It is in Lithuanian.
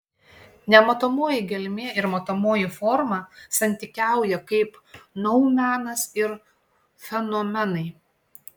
nematomoji gelmė ir matomoji forma santykiauja kaip noumenas ir fenomenai